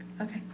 okay